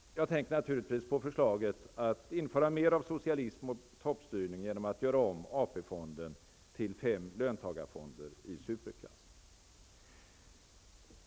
Jag tänker naturligtvis på förslaget att införa mer av socialism och toppstyrning genom att göra om AP fonden till fem löntagarfonder i superklass.